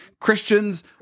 Christians